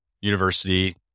university